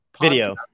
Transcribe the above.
video